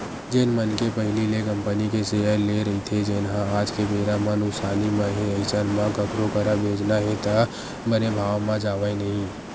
जेन मनखे पहिली ले कंपनी के सेयर लेए रहिथे जेनहा आज के बेरा म नुकसानी म हे अइसन म कखरो करा बेंचना हे त बने भाव म जावय नइ